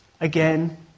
Again